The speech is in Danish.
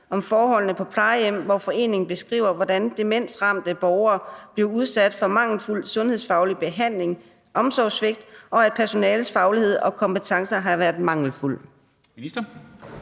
om forholdene på plejehjem, hvor foreningen beskriver, hvordan demensramte borgere bliver udsat for mangelfuld sundhedsfaglig behandling, omsorgssvigt, og at personalets faglighed og kompetencer har været mangelfuld?